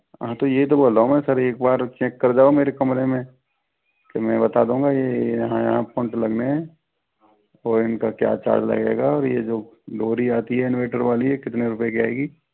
हाँ तो ये तो बोल रहा हूँ मैं सर एक बार चेक कर जाओ मेरे कमरे में के मैं बता दूँगा ये यहाँ पॉइंट लगने है और इनका का क्या चार्ज और ये जो डोरी आती है इन्वर्टर वाली ये कितने रुपए की आएगी